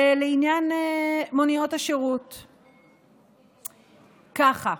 לעניין מוניות השירות, ככה: